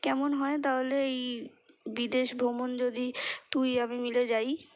কেমন হয় তাহলে এই বিদেশ ভ্রমণ যদি তুই আমি মিলে যাই